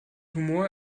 humor